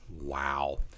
Wow